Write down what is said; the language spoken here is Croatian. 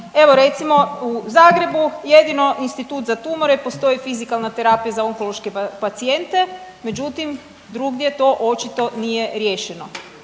evo recimo u Zagrebu jedino Institut za tumore postoji fizikalna terapija za onkološke pacijente, međutim drugdje to očito nije riješeno.